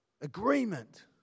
Agreement